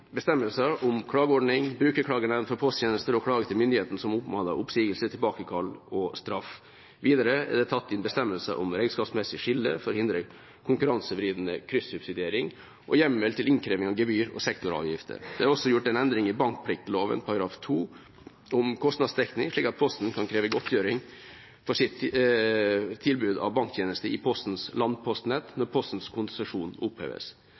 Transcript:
bestemmelser om klageordning, brukerklagenemnd for posttjenester og klage til myndighetene som omhandler oppsigelse, tilbakekall og straff. Videre er det tatt inn bestemmelser om et regnskapsmessig skille for å hindre konkurransevridende kryssubsidiering, og hjemmel til innkreving av gebyr og sektoravgifter. Det er også gjort en endring i bankpliktloven § 2 om kostnadsdekning, slik at Posten kan kreve godtgjøring for sitt tilbud av banktjenester i Postens landpostnett når Postens konsesjon oppheves.